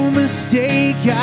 mistake